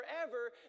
forever